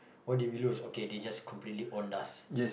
why did we lose okay they just completely owned us